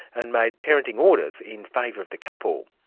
and made parenting orders in favour of the couple.